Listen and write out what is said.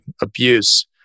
abuse